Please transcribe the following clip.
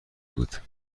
بود